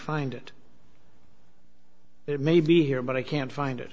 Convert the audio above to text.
find it it may be here but i can't find it